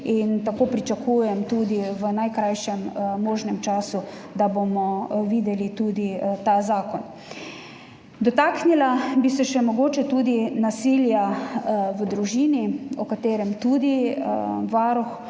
in tako pričakujem v najkrajšem možnem času, da bomo videli tudi ta zakon. Dotaknila bi se mogoče še nasilja v družini, na katerega tudi Varuh